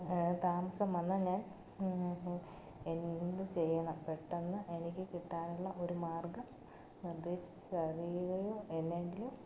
താമസം വന്നാൽ ഞാൻ എന്തു ചെയ്യണം പെട്ടെന്ന് എനിക്ക് കിട്ടാനുള്ള ഒരു മാർഗ്ഗം നിർദ്ദേശിച്ച് തരുകയോ എന്തെങ്കിലും